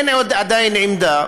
אין עדיין עמדה,